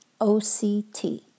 OCT